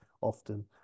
often